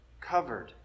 covered